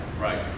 right